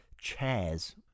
Chairs